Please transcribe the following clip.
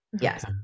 Yes